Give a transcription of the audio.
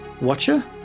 Watcher